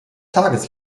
tages